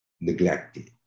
neglected